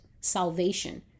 salvation